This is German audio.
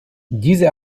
diese